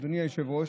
אדוני היושב-ראש,